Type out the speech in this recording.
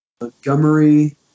Montgomery